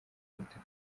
butaka